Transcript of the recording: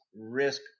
risk